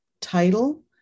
title